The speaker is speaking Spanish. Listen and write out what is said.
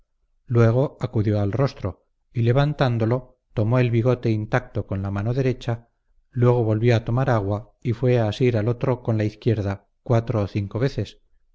luego acudió al rostro y levantándolo tomó el bigote intacto con la mano derecha luego volvió a tomar agua y fue a asir al otro con la izquierda cuatro o cinco veces